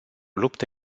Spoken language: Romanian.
luptă